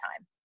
time